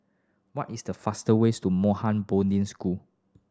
what is the fastest way to Mohan Bodhin School